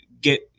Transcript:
get